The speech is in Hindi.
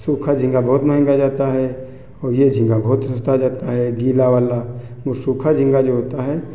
सूखा झींगा बहुत महंगा जाता है और ये झींगा बहुत सस्ता जाता है गीला वाला वो सूखा झींगा जो होता है